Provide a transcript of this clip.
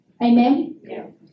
Amen